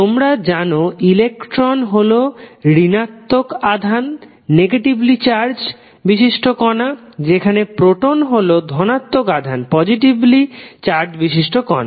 তোমরা জানো ইলেকট্রন হল ঋণাত্মক আধান বিশিষ্ট কণা যেখানে প্রোটন হল ধনাত্মক আধান বিশিষ্ট কণা